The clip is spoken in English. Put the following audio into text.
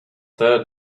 their